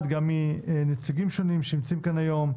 אלא גם מנציגים שונים שנמצאים כאן היום: